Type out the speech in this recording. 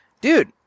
dude